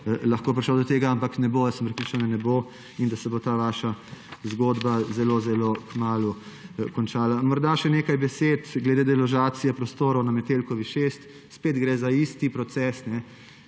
lahko prišel do tega. Ampak ne bo, sem prepričan, da ne bo in da se bo ta vaša zgodba zelo zelo kmalu končala. Morda še nekaj besed glede deložacije prostorov na Metelkovi 6. Spet gre za isti proces.